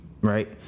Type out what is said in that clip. right